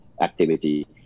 activity